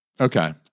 Okay